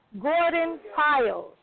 Gordon-Piles